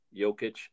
Jokic